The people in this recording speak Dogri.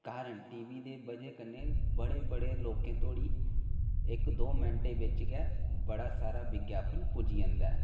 टी वी दे वजह् कन्नै बड़े बड़े लोकें धोड़ी इक दों मैंटे बेच गै बड़ा सारा विज्ञापन पुज्जी जंदा ऐ